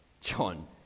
John